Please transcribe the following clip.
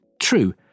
True